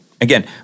again